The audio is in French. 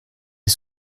est